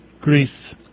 Greece